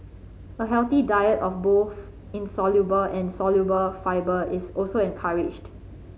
a healthy diet of both insoluble and soluble fibre is also encouraged